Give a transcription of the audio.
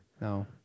No